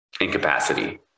incapacity